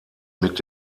mit